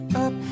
up